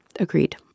Agreed